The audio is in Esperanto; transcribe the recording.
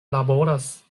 laboras